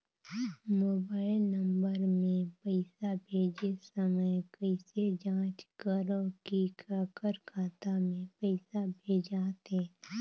Mobile number मे पइसा भेजे समय कइसे जांच करव की काकर खाता मे पइसा भेजात हे?